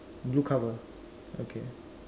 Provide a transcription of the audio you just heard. blue cover okay